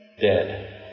dead